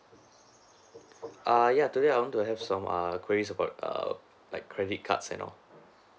err ya today I want to have some err queries about err like credit cards and all